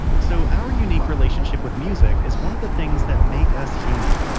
so our unique relationship with music is one of the things that makes us human,